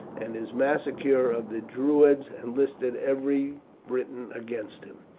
and his massacre of the druids enlisted every briton against him.